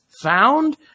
found